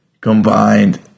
combined